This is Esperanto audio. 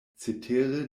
cetere